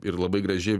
ir labai graži